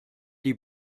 die